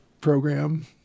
program